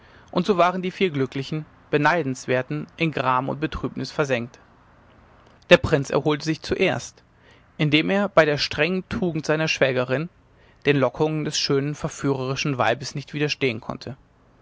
und so waren die vier glücklichen beneidenswerten in gram und betrübnis versenkt der prinz erholte sich zuerst indem er bei der strengen tugend seiner schwägerin den lockungen des schönen verführerischen weibes nicht widerstehen konnte